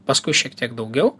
paskui šiek tiek daugiau